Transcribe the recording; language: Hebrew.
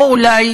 או אולי